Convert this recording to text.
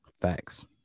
Facts